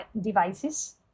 devices